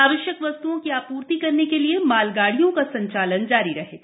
आवश्यक वस्तुओं की आपूर्ति करने के लिए मालगाड़ियों का संचालन जारी रहेगा